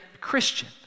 Christian